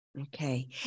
Okay